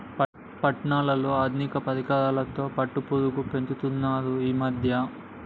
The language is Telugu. పట్నాలలో ఆధునిక పరికరాలతో పట్టుపురుగు పెంచుతున్నారు ఈ మధ్య